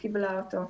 קיבלה אותו.